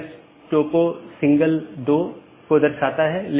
IGP IBGP AS के भीतर कहीं भी स्थित हो सकते है